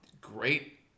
great